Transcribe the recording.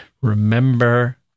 Remember